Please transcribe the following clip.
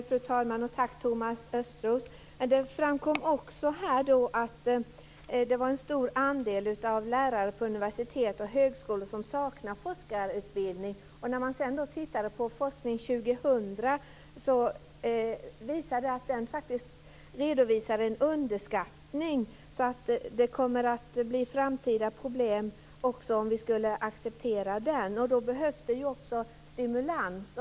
Fru talman! Tack, Thomas Östros. Det framkom också att en stor andel av lärarna på universitet och högskolor saknar forskarutbildning. Och när man sedan tittade på Forskning 2000 redovisade den faktiskt en underskattning, så att det kommer att bli framtida problem också om vi skulle acceptera den. Då behövs det också stimulans.